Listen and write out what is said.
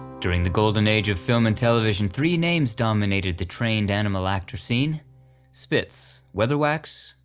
during the golden age of film and television three names dominated the trained animal actor scene spitz, weatherwax,